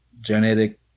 genetic